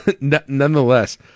nonetheless